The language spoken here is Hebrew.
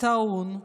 טעון,